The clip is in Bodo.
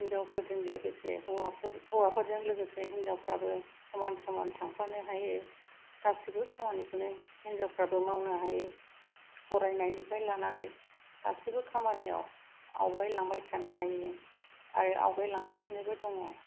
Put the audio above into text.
हिन्जावफोरजों लोगोसे हौवाफोरजों लोगोसे हिनजावफोराबो समान समान थांफानो हायो गासिबो खामानिखौनो हिनजावफोराबो मावनो हायो फरायनायनिफ्राय लानानै गासिबो खामानियाव आवगाय लांबाय थानो हायो आरो आवगायलांगासिनोबो दङ